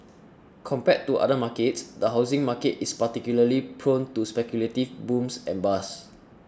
compared to other markets the housing market is particularly prone to speculative booms and bust